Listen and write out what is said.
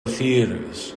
theatres